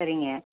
சரிங்க